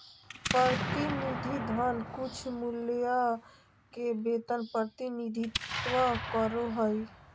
प्रतिनिधि धन कुछमूल्य के वेतन प्रतिनिधित्व करो हइ